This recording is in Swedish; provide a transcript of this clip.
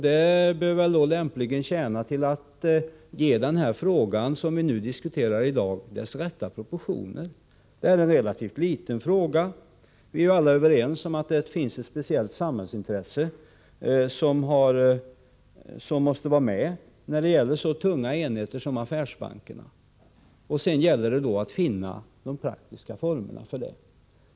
Det kan tjäna till att ge den fråga vi nu diskuterar i dag dess rätta proportioner. Det är en relativt liten fråga. Vi är alla överens om att det finns ett speciellt samhällsintresse som måste tillgodoses när det gäller så tunga enheter som affärsbankerna. Sedan gäller det att finna de praktiska formerna för detta.